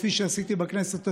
כפי שעשיתי בכנסת התשע-עשרה,